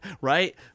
right